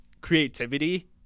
creativity